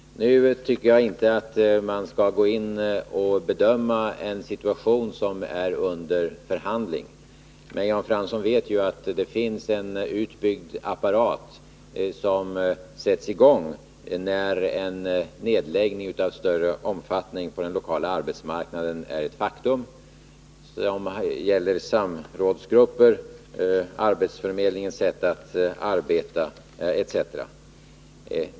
Nu tycker jag inte att man skall ge sig in på att bedöma en situation som är under förhandling. Men Jan Fransson vet ju att det finns en utbyggd apparat som sätts i gång när en nedläggning av större omfattning på den lokala arbetsmarknaden är ett faktum — samrådsgrupper, arbetsförmedlingens sätt att arbeta, etc.